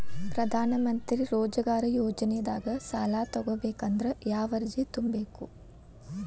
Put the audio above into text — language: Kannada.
ಪ್ರಧಾನಮಂತ್ರಿ ರೋಜಗಾರ್ ಯೋಜನೆದಾಗ ಸಾಲ ತೊಗೋಬೇಕಂದ್ರ ಯಾವ ಅರ್ಜಿ ತುಂಬೇಕು?